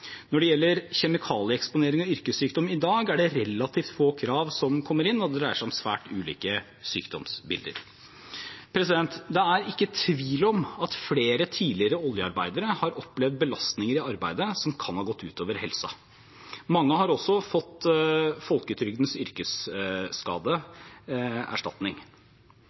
Når det gjelder kjemikalieeksponering og yrkesskadesykdom i dag, er det relativt få krav som kommer inn, og det dreier seg om svært ulike sykdomsbilder. Det er ikke tvil om at flere tidligere oljearbeidere har opplevd belastninger i arbeidet som kan ha gått ut over helsen. Mange har også fått folketrygdens yrkesskadeerstatning.